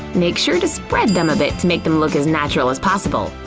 make sure to spread them a bit to make them look as natural as possible.